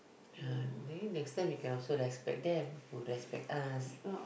ah then next time we can also respect them who respect us